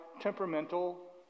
temperamental